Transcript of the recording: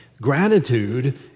Gratitude